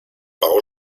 bau